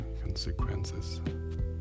consequences